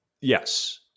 Yes